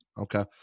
Okay